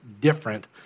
different